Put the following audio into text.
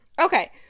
Okay